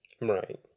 Right